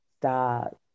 Stop